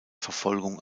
verfolgung